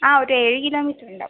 ആ ഒരു ഏഴ് കിലോമീറ്റർ ഉണ്ടാവും